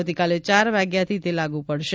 આવતીકાલે ચાર વાગ્યાથી તે લાગુ પડશે